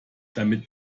damit